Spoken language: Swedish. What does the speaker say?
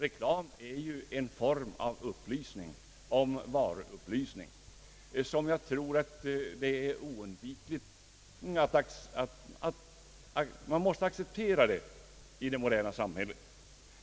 Reklam är emellertid en form av varuupplysning, som jag tror att man måste acceptera i det moderna samhället.